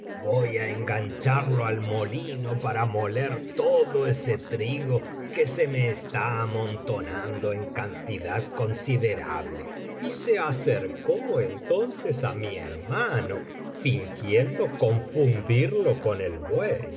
voy á engancharlo al molino para moler todo ese trigo que se me está amontonando en cantidad considerable y se acercó entonces á mi hermano fingiendo confundirle con el buey